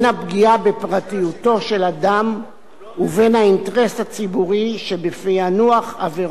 אדם ובין האינטרס הציבורי שבפענוח עבירות וחקירתן,